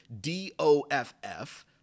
D-O-F-F